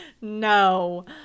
No